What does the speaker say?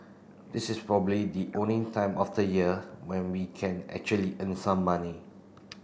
this is probably the only time of the year when we can actually earn some money